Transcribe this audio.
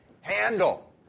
handle